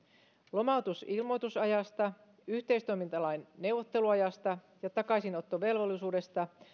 lomautusilmoitusajasta yhteistoimintalain neuvotteluajasta ja takaisinottovelvollisuudesta